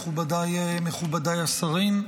מכובדיי השרים,